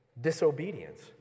disobedience